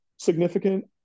significant